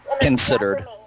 Considered